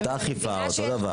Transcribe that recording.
אותה אכיפה, אותו דבר